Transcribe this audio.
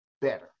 better